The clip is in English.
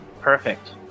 Perfect